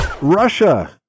Russia